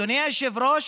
אדוני היושב-ראש,